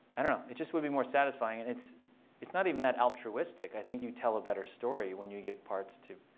i don't know. it just would be more satisfying. and it's it's not even that altruistic. i think you tell a better story when you give parts to